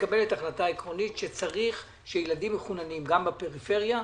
מקבלת החלטה עקרונית שצריך שילדים מחוננים גם בפריפריה,